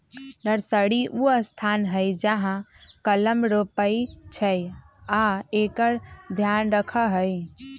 nursery उ स्थान हइ जहा कलम रोपइ छइ आ एकर ध्यान रखहइ